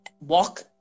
walk